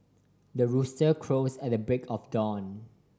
the rooster crows at the break of dawn